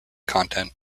content